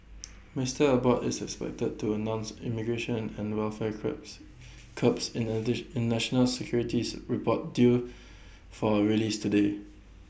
Mister Abbott is expected to announce immigration and welfare crabs curbs in A in national securities report due for release today